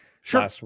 Sure